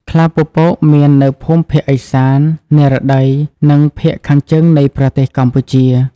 ខ្លាពពកមាននៅភូមិភាគឥសាន និរតី និងភាគខាងជើងនៃប្រទេសកម្ពុជា។